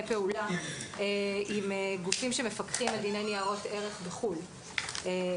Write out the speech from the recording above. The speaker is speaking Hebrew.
פעולה עם גופים שמפקחים על דיני ניירות ערך בחוץ לארץ,